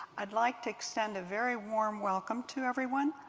i'd like to extend a very warm welcome to everyone.